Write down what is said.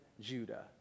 Judah